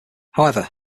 however